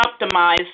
optimized